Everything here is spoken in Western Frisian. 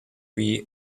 wie